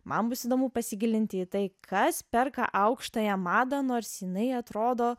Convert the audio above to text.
man bus įdomu pasigilinti į tai kas perka aukštąją madą nors jinai atrodo